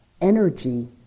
energy